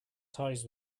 ties